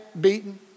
beaten